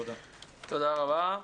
תודה רבה.